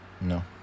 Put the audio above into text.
No